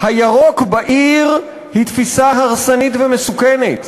הירוק בעיר היא תפיסה הרסנית ומסוכנת.